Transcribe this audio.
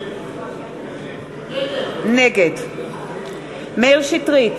נגד מאיר שטרית,